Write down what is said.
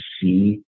see